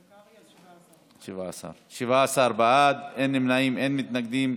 17 בעד, אין נמנעים, אין מתנגדים.